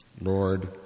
Lord